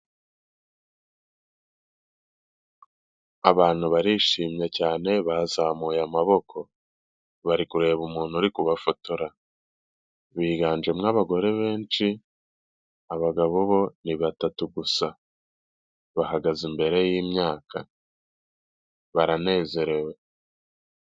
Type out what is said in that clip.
Abantu barishimye cyane bazamuye amaboko bari kureba umuntu uri kubafotora, biganjemo abagore benshi, abagabo bo ni batatu gusa bahagaze imbere y'imyaka baranezerewe.